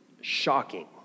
shocking